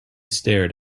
stared